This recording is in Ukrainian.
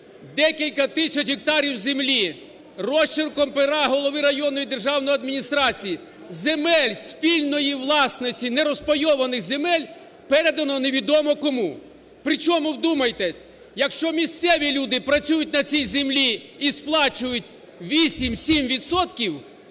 декілька тисяч гектарів землі розчерком пера голови районної державної адміністрації, земель спільної власності, не розпайованих земель передано невідомо кому. При чому – вдумайтесь! – якщо місцеві люди працюють на цій землі і сплачують 7-8 відсотків